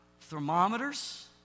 thermometers